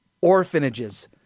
orphanages